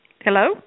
Hello